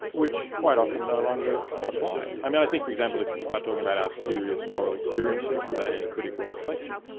which quite often no longer apply. i think, for example, if you start talking about our serious moral experiences without any critical reflection,